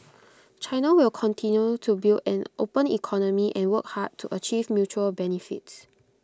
China will continue to build an open economy and work hard to achieve mutual benefits